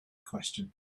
question